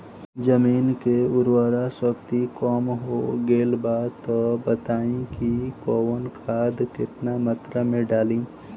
जमीन के उर्वारा शक्ति कम हो गेल बा तऽ बताईं कि कवन खाद केतना मत्रा में डालि?